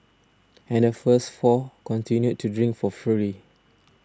and the first four continued to drink for free